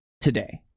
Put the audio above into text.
today